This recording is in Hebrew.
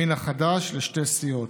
הימין החדש, לשתי סיעות: